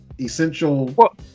essential